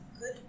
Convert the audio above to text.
Good